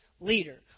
leader